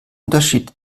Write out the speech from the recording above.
unterschied